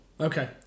Okay